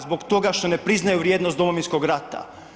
Zbog toga što ne priznaju vrijednost Domovinskog rata.